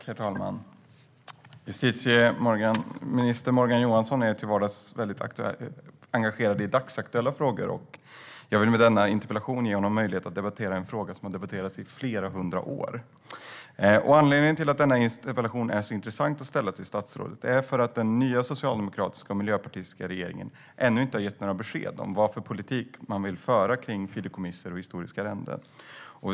Herr talman! Justitieminister Morgan Johansson är till vardags väldigt engagerad i dagsaktuella frågor, och jag vill med denna interpellation ge honom möjlighet att debattera en fråga som har debatterats i flera hundra år. Anledningen till att interpellationen är så intressant att ställa till statsrådet är att den nya socialdemokratiska och miljöpartistiska regeringen ännu inte har gett några besked om vilken politik de vill föra kring fideikommiss och historiska arrenden.